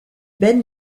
ben